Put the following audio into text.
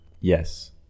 yes